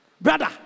Brother